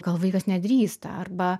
gal vaikas nedrįsta arba